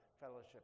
fellowship